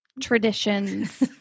traditions